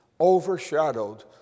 overshadowed